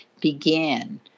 begin